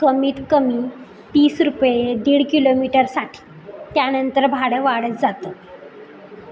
कमीत कमी तीस रुपये दीड किलोमीटरसाठी त्यानंतर भाडं वाढत जातं